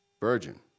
virgin